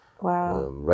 Wow